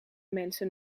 mensen